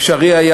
אפשרי היה,